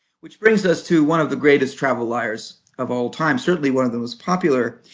which brings us to one of the greatest travel liars of all time. certainly one of the most popular.